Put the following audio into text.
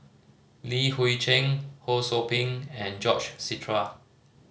Li Hui Cheng Ho Sou Ping and George